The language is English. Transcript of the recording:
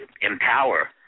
empower